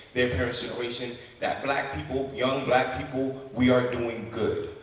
their parents' generation, that black people, young black people, we are doing good.